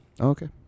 Okay